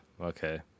okay